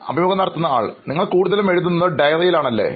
അഭിമുഖം നടത്തുന്നയാൾ നിങ്ങൾ കൂടുതലും എഴുതുന്നത് ഡയറിയിൽ ആണ് അല്ലേ